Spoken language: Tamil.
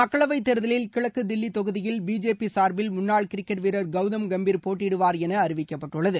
மக்களவை தேர்தலில் கிழக்கு தில்வி தொகுதிகயில் பிஜேபி சார்பில் முன்னாள் கிரிக்கெட் வீரர் கவுதம் கம்பீர் போட்டியிடுவார் என அறிவிக்கப்பட்டுள்ளது